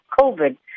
covid